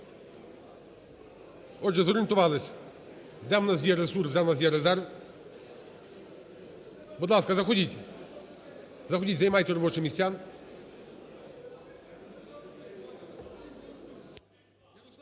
Отже, зорієнтувались, де в нас є ресурс, де в нас є резерв. Будь ласка, заходіть, заходіть, займайте робочі місця.